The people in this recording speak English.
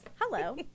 Hello